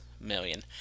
million